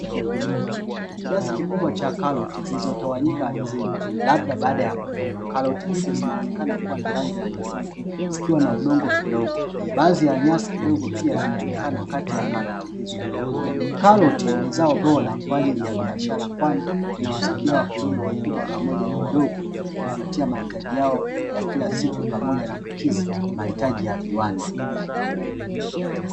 Kiasi kikubwa cha karoti zilizotawanyika ardhini labda baada ya kuvunwa. Karoti hizo zinaonekana kuwa na rangi ya machungwa, zikiwa na udongo kidogo. Baadhi ya nyasi kidogo pia zinaonekana kati ya karoti hizo. Karoti ni zao bora kwa ajili ya biashara, kwani linawasaidia wakulima wakubwa, pamoja na wadogo kujipatia mahitaji yao ya kila siku, pamoja na kukidhi mahitaji ya viwanda.